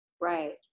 Right